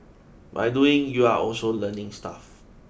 by doing you're also learning stuff